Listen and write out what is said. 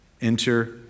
Enter